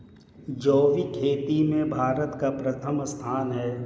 जैविक खेती में भारत का प्रथम स्थान है